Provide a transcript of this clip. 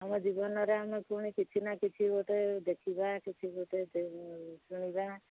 ଆମ ଜୀବନରେ ଆମେ ପୁଣି କିଛି ନା କିଛି ଗୋଟେ ଦେଖିବା କିଛି ଗୋଟେ ଶୁଣିବା